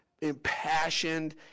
impassioned